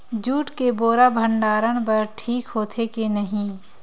Jute के बोरा भंडारण बर ठीक होथे के नहीं?